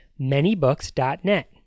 ManyBooks.net